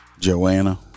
Joanna